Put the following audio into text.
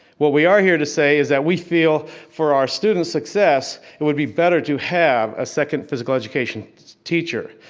what we are here to say is that we feel for our students' success, it would be better to have a second physical education teacher.